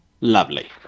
Lovely